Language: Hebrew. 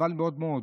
חבל מאוד מאוד,